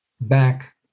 back